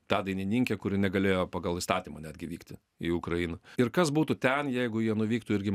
tą dainininkę kuri negalėjo pagal įstatymą netgi vykti į ukrainą ir kas būtų ten jeigu jie nuvyktų irgi